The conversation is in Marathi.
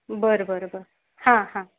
बरं बरं बरं हां हां